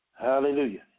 Hallelujah